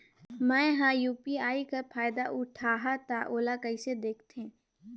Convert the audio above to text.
मैं ह यू.पी.आई कर फायदा उठाहा ता ओला कइसे दखथे?